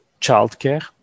childcare